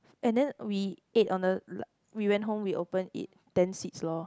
and then we ate on the we went home we open eat ten seeds lor